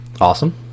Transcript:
awesome